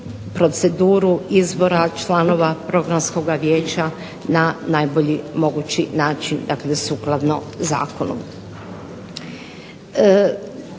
proceduru izbora članova Programskoga vijeća na najbolji mogući način, dakle sukladno zakonu.